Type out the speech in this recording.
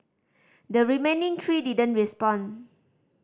the remaining three didn't respond